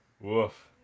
Woof